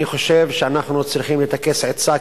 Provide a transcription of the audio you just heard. אני חושב שאנחנו צריכים לטכס עצה,